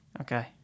Okay